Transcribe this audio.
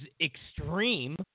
extreme